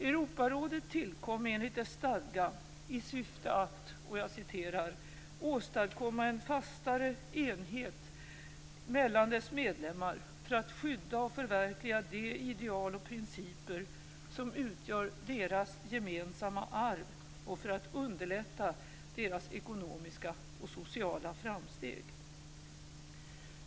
Europarådet tillkom, enligt dess stadga, i syftet att "åstadkomma en fastare enhet mellan dess medlemmar för att skydda och förverkliga de ideal och principer, som utgör deras gemensamma arv, och för att underlätta deras ekonomiska och sociala framsteg".